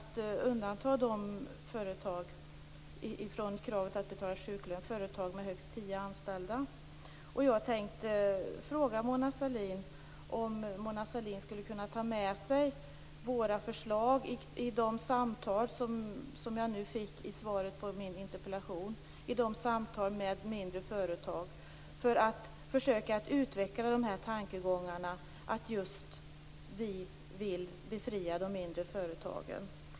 T.ex. skall företag med högst tio anställda undantas från kravet att betala sjuklön. Kan Mona Sahlin ta med sig våra förslag i de samtal med mindre företag som skall ske enligt interpellationssvaret? Det är fråga om att utveckla tankegångarna att befria de mindre företagen.